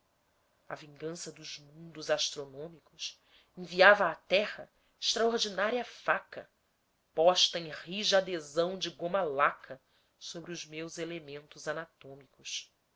a vingança dos mundos astronômicos enviava à terra extraordinária faca posta em rija adesão de goma laca sobre os meus elementos anatômicos